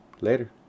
Later